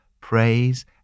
praise